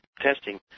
testing